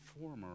former